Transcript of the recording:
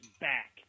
back